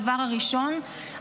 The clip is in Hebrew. הדבר הראשון,